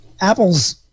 Apple's